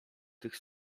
tych